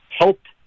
helped